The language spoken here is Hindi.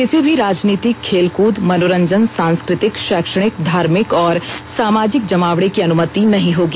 किसी भी राजनीतिक खेलकूद मनोरंजन सांस्कृतिक शैक्षणिक धार्मिक और सामाजिक जमावडे की अनुमति नहीं होगी